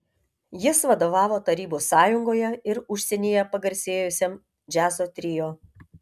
jis vadovavo tarybų sąjungoje ir užsienyje pagarsėjusiam džiazo trio